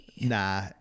nah